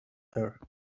her